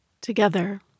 Together